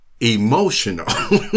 emotional